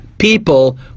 People